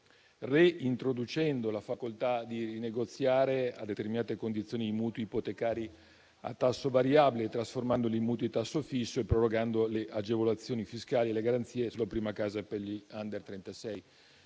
reintroducendo la facoltà di rinegoziare a determinate condizioni i mutui ipotecari a tasso variabile, trasformandoli in mutui a tasso fisso e prorogando le agevolazioni fiscali e le garanzie sulla prima casa per gli *under* 36.